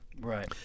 Right